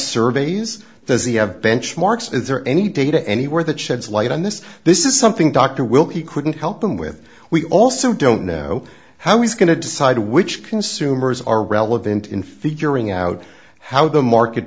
surveys does he have benchmarks is there any data anywhere that sheds light on this this is something dr wilkie couldn't help him with we also don't know how he's going to decide which consumers are relevant in figuring out how the market